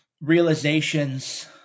realizations